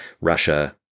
Russia